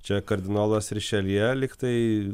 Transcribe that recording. čia kardinolas rišeljė lygtai